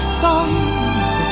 songs